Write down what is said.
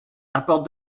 apporte